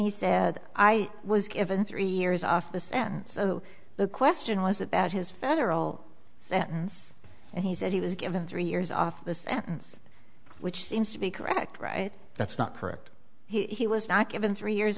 he said i was given three years off the sentence the question was about his federal sentence and he said he was given three years off the sentence which seems to be correct right that's not correct he was not given three years